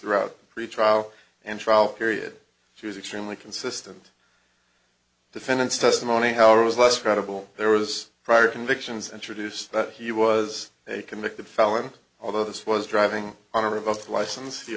throughout the trial and trial period she was extremely consistent defendants testimony however was less credible there was prior convictions introduced but he was a convicted felon although this was driving on a revoked license